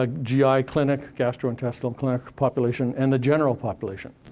ah gi clinic gastrointestinal clinic population, and the general population.